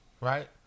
right